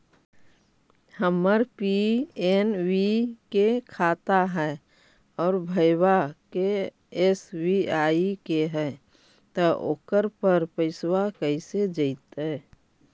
हमर पी.एन.बी के खाता है और भईवा के एस.बी.आई के है त ओकर पर पैसबा कैसे जइतै?